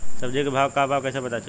सब्जी के भाव का बा कैसे पता चली?